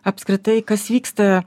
apskritai kas vyksta